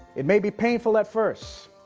it maybe painful at first,